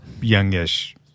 youngish